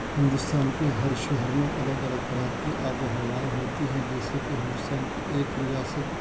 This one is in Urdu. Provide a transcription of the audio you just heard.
ہندوستان کے ہر شہر میں الگ الگ طرح کی آب و ہوائیں ہوتی ہیں جیسے کہ ہندوستان کی ایک ریاست